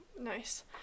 nice